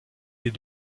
des